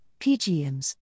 PGMs